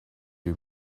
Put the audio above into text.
you